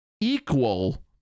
equal